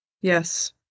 Yes